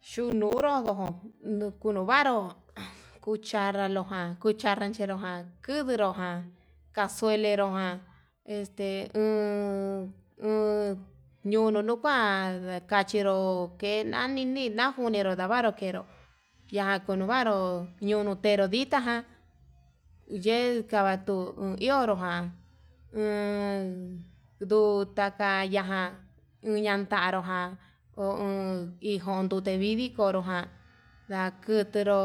Xhu unuro nikunovaro cuchanra lojan cuchara ranchero ján, kunduru ján kaxuelero ján este uun uun ñunuu nukuan nakachinro kenani ni najunero ndavru kenro yakunu navaru ñono tenro nditajan ye'e kavatuu ñonrojan jan nduu takaya uñantaro ján ho uun ijo'o nrutevidi konrojan, ndakuturu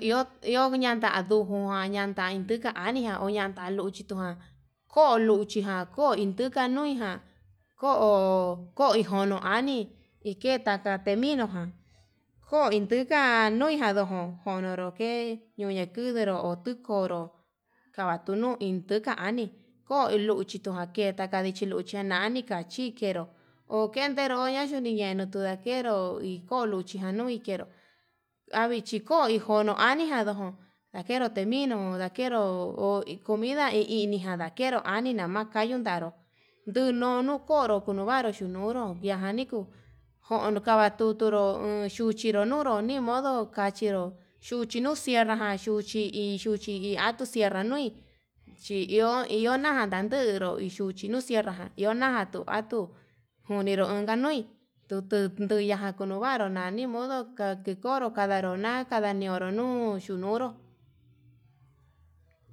iho iho uundanta ndujugan yandai kuka anija oña'a taluchitujan ko'o luchijan ko'o induka nui ko'o ko'o ijono anii ike taka teninojan koi induka nujan toko koniro ke'e ño'i ñakunero otuu konro kavatunuu intuka anii koo inluchi to'o ake taka ndichi luchi nanika chíkenro okentero ñayuu niñenu tu'a kenro iko luchijan noi ikero andichiko kono anijan oko, ndakero tenino nakero hi comida i inijan ndakero ya'a ani kundakaro nduu nu nukoro kuduvaru chinuru yajani kuu kono kava tuturu unduchiru nunru nimodo kachinro, yuchi nuu cierrajan nduchi iin nduchi iin atuu, tuu cierra nui chi iho ihonajan tanduru uu yuchi nuu cierra jan iho najan tu atuu unkanra xhienu nui, dukuu kuñajan kunuvaru na'a nimodo ketikoro kadaniruna kandaniro nuu yunuru.